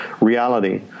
reality